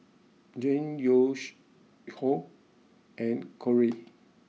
Jeane Yoshio and Corrie